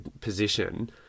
position